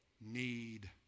need